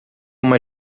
uma